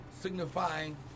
signifying